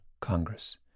Congress